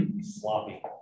Sloppy